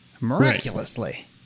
Miraculously